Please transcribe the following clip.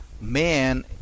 Man